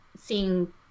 seeing